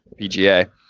PGA